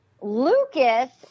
Lucas